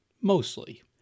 Mostly